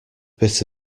bit